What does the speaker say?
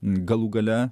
galų gale